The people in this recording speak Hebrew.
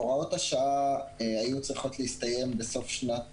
הוראות השעה צריכות היו להסתיים בסוף שנת